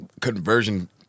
conversion